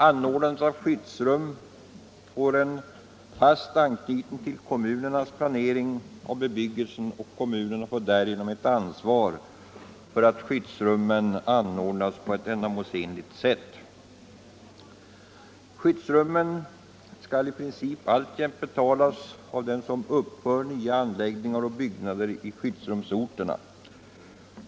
Anordnandet av skyddsrum får fast anknytning till kommunernas planering av bebyggelsen, och kommunerna får därigenom ansvar för att skyddsrummen anordnas på ändamålsenligt sätt. Skyddsrum skall i princip alltjämt betalas av den som uppför nya anläggningar eller bostäder i skyddsrumsorterna.